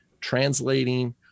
translating